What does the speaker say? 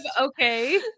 okay